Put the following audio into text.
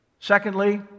secondly